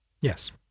Yes